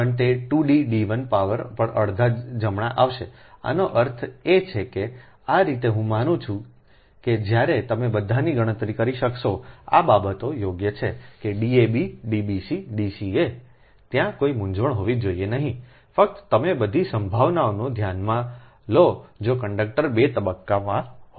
તેથી અહીં પણ તે 2 D D 1 પાવર પર અડધા જમણા આવે છેઆનો અર્થ એ છે કે આ રીતે હું માનું છું કે જ્યારે તમે બધાની ગણતરી કરી શકશો આ બાબતો યોગ્ય છે કે Dab Dbc Dca ત્યાં કોઈ મૂંઝવણ હોવી જોઈએ નહીં ફક્ત તમે બધી સંભાવનાઓને ધ્યાનમાં લો જો કંડક્ટર 2 તબક્કામાં હોય તો